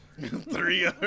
Three